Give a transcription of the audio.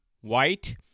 White